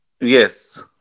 Yes